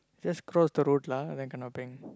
just cross the road lah then kena bang